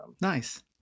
Nice